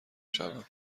شوم